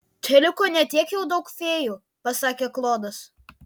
čia liko ne tiek jau daug fėjų pasakė klodas